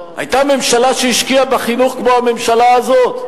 היתה ממשלה שהשקיעה בחינוך כמו הממשלה הזאת?